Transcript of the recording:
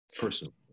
personally